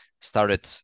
started